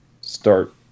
start